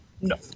No